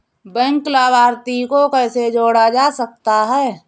Bank लाभार्थी को कैसे जोड़ा जा सकता है?